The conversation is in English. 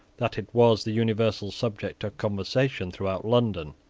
that it was the universal subject of conversation throughout london,